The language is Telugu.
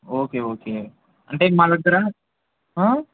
ఓకే ఓకే అంటే మా దగ్గర